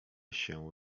się